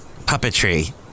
Puppetry